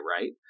right